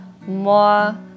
more